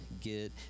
get